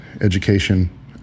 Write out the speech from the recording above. education